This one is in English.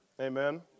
Amen